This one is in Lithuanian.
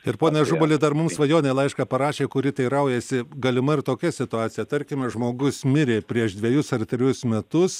ir pone ažubali dar mum svajonė laišką parašė kuri teiraujasi galima ir tokia situacija tarkim žmogus mirė prieš dvejus ar trejus metus